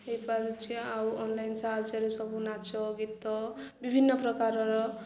ହେଇପାରୁଛି ଆଉ ଅନ୍ଲାଇନ୍ ସାହାଯ୍ୟରେ ସବୁ ନାଚ ଗୀତ ବିଭିନ୍ନ ପ୍ରକାରର